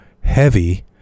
heavy